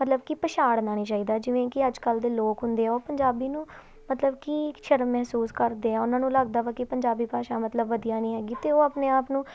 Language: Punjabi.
ਮਤਲਬ ਕਿ ਪਛਾੜਨਾ ਨਹੀਂ ਚਾਹੀਦਾ ਜਿਵੇਂ ਕਿ ਅੱਜ ਕੱਲ੍ਹ ਦੇ ਲੋਕ ਹੁੰਦੇ ਆ ਉਹ ਪੰਜਾਬੀ ਨੂੰ ਮਤਲਬ ਕਿ ਇੱਕ ਸ਼ਰਮ ਮਹਿਸੂਸ ਕਰਦੇ ਆ ਉਹਨਾਂ ਨੂੰ ਲੱਗਦਾ ਵਾ ਕਿ ਪੰਜਾਬੀ ਭਾਸ਼ਾ ਮਤਲਬ ਵਧੀਆ ਨਹੀਂ ਹੈਗੀ ਅਤੇ ਉਹ ਆਪਣੇ ਆਪ ਨੂੰ